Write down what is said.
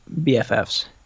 BFFs